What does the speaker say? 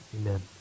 amen